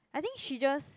I think she just